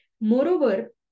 Moreover